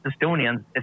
Estonians